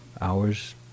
hours